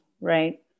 right